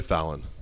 Fallon